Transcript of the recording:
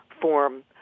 form